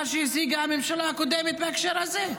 -- להשיג מה שהשיגה הממשלה הקודמת בהקשר הזה.